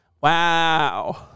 Wow